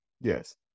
Yes